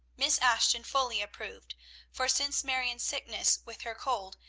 miss ashton fully approved for since marion's sickness with her cold,